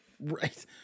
right